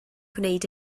gwneud